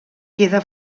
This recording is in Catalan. queda